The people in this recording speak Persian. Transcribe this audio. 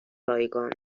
رایگان